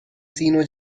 sino